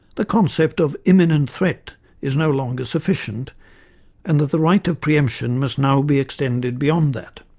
the concept of imminent threat is no longer sufficient and that the right of pre-emption must now be extended beyond that